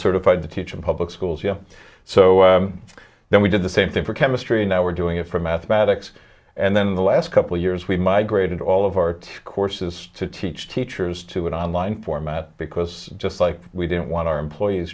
certified to teach in public schools yeah so then we did the same thing for chemistry and now we're doing it for mathematics and then the last couple years we migrated all of our two courses to teach teachers to an online format because just like we didn't want our employees